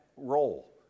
Role